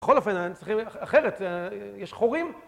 בכל אופן, צריכים... אחרת, יש חורים?